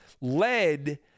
led